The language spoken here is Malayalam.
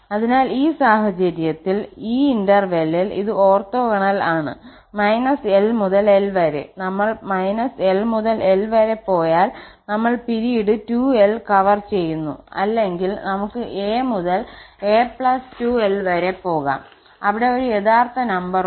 അതിനാൽ ഈ സാഹചര്യത്തിൽ ഈ ഇടവേളയിൽ ഇത് ഓർത്തോഗോണൽ ആണ് −𝑙 മുതൽ 𝑙 വരെ ഞങ്ങൾ −𝑙 മുതൽ 𝑙 വരെ പോയാൽ ഞങ്ങൾ കാലയളവ് 2𝑙കവർ ചെയ്യുന്നു അല്ലെങ്കിൽ നമുക്ക് 𝑎 മുതൽ 𝑎 2𝑙 വരെ പോകാം അവിടെ ഒരു യഥാർത്ഥ നമ്പർ ഉണ്ട്